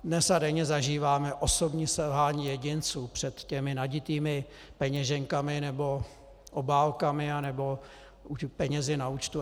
Dnes a denně zažíváme osobní selhání jedinců před těmi naditými peněženkami nebo obálkami nebo penězi na účtu.